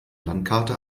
landkarte